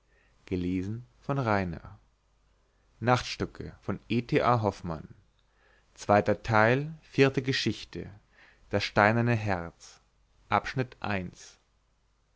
r das steinerne herz